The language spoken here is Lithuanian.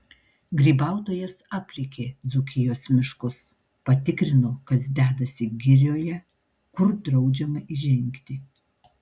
grybautojas aplėkė dzūkijos miškus patikrino kas dedasi girioje kur draudžiama įžengti